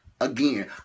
again